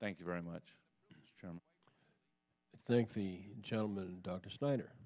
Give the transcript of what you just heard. thank you very much thank the gentleman dr snyder